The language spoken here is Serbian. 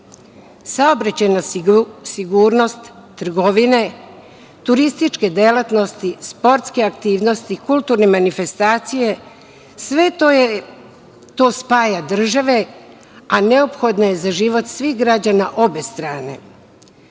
Saobraćajna sigurnost, trgovine, turističke delatnosti, sportske aktivnosti, kulturne manifestacije, sve to spaja države, a neophodno je za život svih građana obe